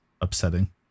upsetting